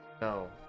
No